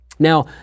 Now